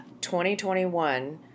2021